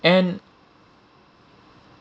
and